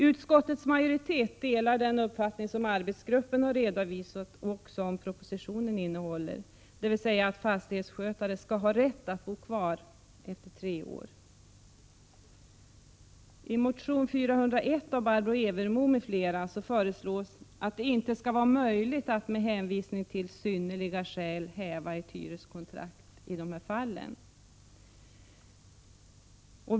Utskottets majoritet delar den uppfattning som arbetsgruppen har redovisat och som framförs i propositionen, dvs. att fastighetsskötare skall ha rätt att bo kvar efter tre år. I motion Bo401 av Barbro Evermo m.fl. föreslås att det inte skall vara möjligt att med hänvisning till synnerliga skäl häva ett hyreskontrakt i dessa fall.